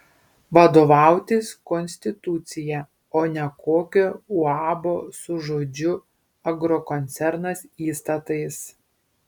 vadovautis konstitucija o ne kokio uabo su žodžiu agrokoncernas įstatais